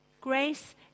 Grace